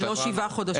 זה לא שבעה חודשים.